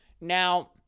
Now